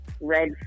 red